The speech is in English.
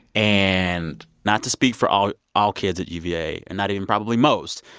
and not to speak for all all kids at uva and not even probably most,